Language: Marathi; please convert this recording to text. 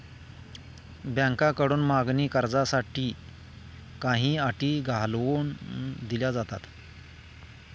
बँकांकडून मागणी कर्जासाठी काही अटी घालून दिल्या जातात